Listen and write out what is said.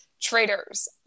Traders